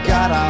God